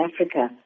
Africa